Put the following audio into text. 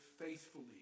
faithfully